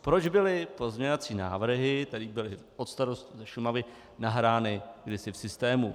Proč byly pozměňovací návrhy, které byly od starostů ze Šumavy, nahrány kdysi v systému?